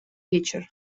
вечер